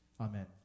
Amen